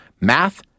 math